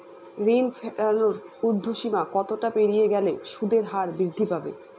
ঋণ ফেরানোর উর্ধ্বসীমা কতটা পেরিয়ে গেলে সুদের হার বৃদ্ধি পাবে?